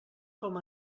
com